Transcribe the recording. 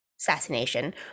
assassination